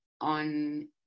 on